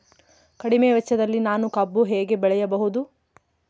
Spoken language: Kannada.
ಕಡಿಮೆ ವೆಚ್ಚದಲ್ಲಿ ನಾನು ಕಬ್ಬು ಹೇಗೆ ಬೆಳೆಯಬಹುದು?